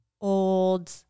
old